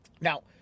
Now